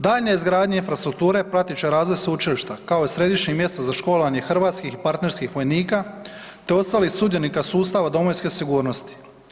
Daljnja izgradnja infrastrukture pratit će razvoj Sveučilišta, kao središnjeg mjesta za školovanje hrvatskih i partnerskih vojnika te ostalih sudionika sustava domovinske sigurnosti.